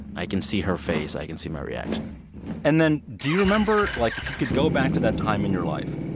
i can see her face. i can see my reaction and then do you remember like, if you could go back to that time in your life,